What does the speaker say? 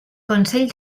consell